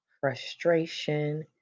frustration